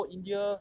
India